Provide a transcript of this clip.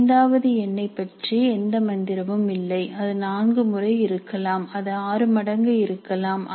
ஐந்தாவது எண்ணைப் பற்றி எந்த மந்திரமும் இல்லை அது நான்கு முறை இருக்கலாம் அது ஆறு மடங்கு இருக்கலாம்